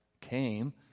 came